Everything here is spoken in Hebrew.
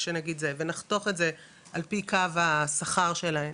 ונחתוך את זה על פי קו השכר שלהן